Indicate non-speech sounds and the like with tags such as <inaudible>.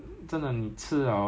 civilian li~ <coughs>